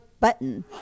Button